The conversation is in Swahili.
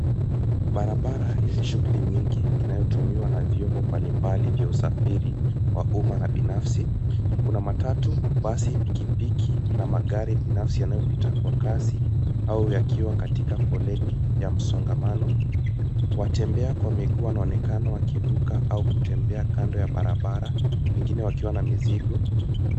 Barabara yenye shughuli nyingi inayotumiwa na vyombo mbali mbali vya usafiri wa umma na binafsi. Kuna matatu, basi, pikipiki na magari binafsi yanayopita kwa kasi au yakiwa katika foleni ya msongamano. Watembea kwa miguu wanaonekana wakivuka au kutembea kando ya barabara wengine wakiwa na mizigo.